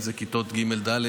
אם זה כיתות ג'-ד'